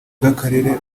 bw’akarere